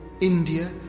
India